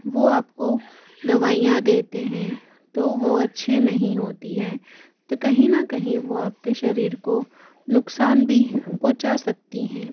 वो आपको दवाइयाँ देते हैं तो वो अच्छी नहीं होती हैं तो कहीं न कहीं वो आपके शरीर को नुकसान भी पहुंचा सकती हैं